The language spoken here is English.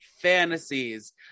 fantasies